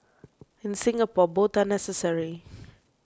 in Singapore both are necessary